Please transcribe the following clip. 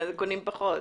קונים פחות.